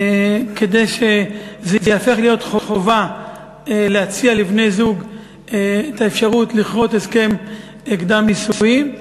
כדי שזה ייהפך לחובה להציע לבני-זוג את האפשרות לכרות הסכם קדם-נישואים.